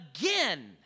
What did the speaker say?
again